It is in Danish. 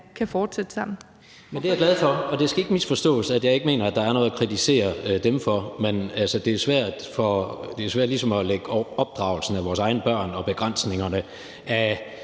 Jens Rohde (KD): Det er jeg glad for, og det skal ikke forstås sådan, at jeg ikke mener, at der er noget at kritisere dem for. Men det er svært ligesom at lægge opdragelsen af vores egne børn og begrænsningen af